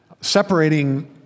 separating